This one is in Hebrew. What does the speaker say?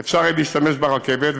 יהיה אפשר להשתמש ברכבת.